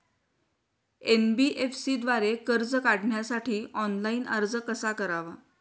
NBFC द्वारे कर्ज काढण्यासाठी ऑनलाइन अर्ज कसा करावा?